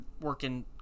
working